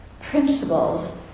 principles